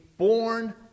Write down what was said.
born